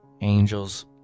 angels